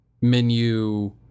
menu